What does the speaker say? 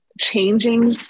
changing